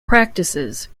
practices